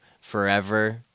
forever